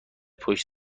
پشت